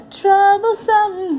troublesome